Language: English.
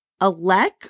Alec